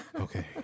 Okay